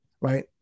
right